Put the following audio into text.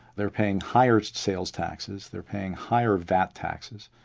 they're paying higher sales taxes they're paying higher vat taxes,